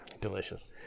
delicious